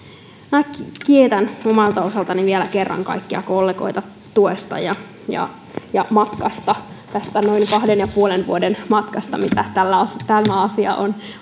minä kiitän omalta osaltani vielä kerran kaikkia kollegoita tuesta ja ja matkasta tästä noin kahden pilkku viiden vuoden matkasta mitä tämä asia on